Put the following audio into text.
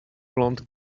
blonde